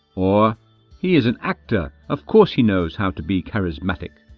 or he is an actor, of course he knows how to be charismatic.